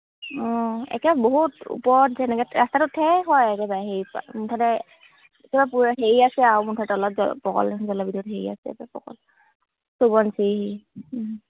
অ' একে বহুত ওপৰত যেনেকৈ ৰাস্তাটো ঠেক হয় একেবাৰে হেৰি মুঠতে হেৰি আছে আৰু মুঠতে তলত প হেৰি আছে